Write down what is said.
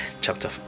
chapter